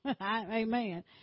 Amen